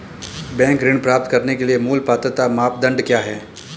Bank ऋण प्राप्त करने के लिए मूल पात्रता मानदंड क्या हैं?